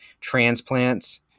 Transplants